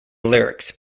lyrics